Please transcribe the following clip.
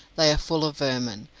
they are full of vermin,